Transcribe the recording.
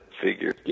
figure